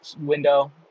window